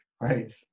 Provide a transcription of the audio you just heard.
right